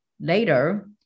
later